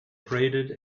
abraded